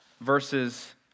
verses